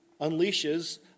Unleashes